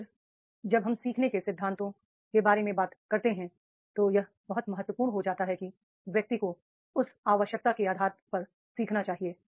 और फिर जब हम सीखने के सिद्धांतों के बारे में बात करते हैं तो यह बहुत महत्वपूर्ण हो जाता है कि व्यक्ति को उस आवश्यकता के आधार पर सीखना चाहिए